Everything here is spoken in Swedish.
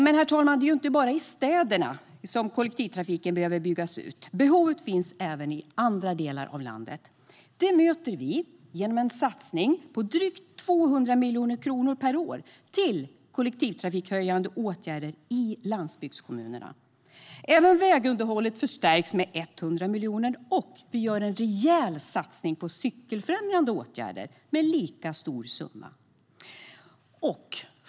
Men, herr talman, det är inte bara i städerna som kollektivtrafiken behöver byggas ut. Behovet finns även i andra delar av landet. Det möter vi genom en satsning på drygt 200 miljoner kronor per år till kollektivtrafikhöjande åtgärder i landsbygdskommunerna. Även vägunderhållet förstärks, med 100 miljoner. Och vi gör en rejäl satsning på cykelfrämjande åtgärder med en lika stor summa.